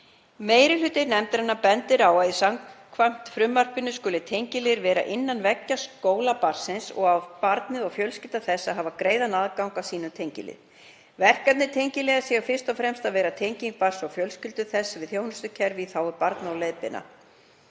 Meiri hluti nefndarinnar bendir á að samkvæmt frumvarpinu skuli tengiliðir vera innan veggja skóla barnsins og á barnið og fjölskylda þess að hafa greiðan aðgang að sínum tengilið. Verkefni tengiliðar séu fyrst og fremst að vera tenging barns og fjölskyldu þess við þjónustukerfi í þágu barna og að leiðbeina.